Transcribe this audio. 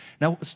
Now